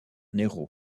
nehru